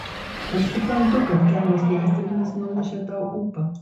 aš suprantu kad kelios nesėkmės numušė tau ūpą